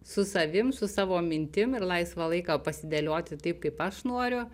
su savim su savo mintim ir laisvą laiką pasidėlioti taip kaip aš noriu